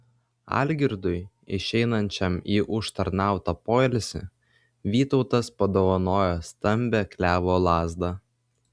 algirdui išeinančiam į užtarnautą poilsį vytautas padovanojo stambią klevo lazdą